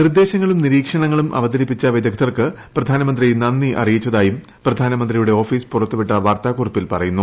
നിർദേശങ്ങളും നിരീക്ഷണങ്ങളും അവതരിപ്പിച്ച വിദഗ്ധർക്ക് പ്രധാനമന്ത്രി നന്ദി അറിയിച്ചതായും പ്രധാനമന്ത്രിയുടെ ഓഫീസ് പുറത്തുവിട്ട വാർത്താക്കുറിപ്പിൽ പറയുന്നു